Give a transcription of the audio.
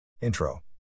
Intro